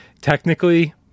Technically